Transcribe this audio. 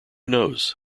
knows